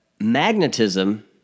magnetism